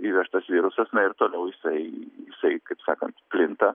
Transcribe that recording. įvežtas virusas na ir toliau jisai jisai kaip sakant plinta